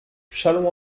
châlons